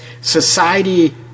Society